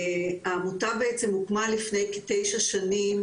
העמותה בעצם הוקמה לפני כתשע שנים